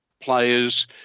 players